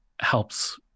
helps